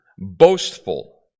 boastful